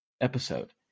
episode